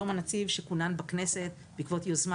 יום הנציב שכונן בכנסת בעקבות יוזמה